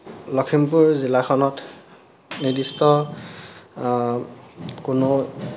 লখিমপুৰ জিলাখনত নিৰ্দিষ্ট কোনো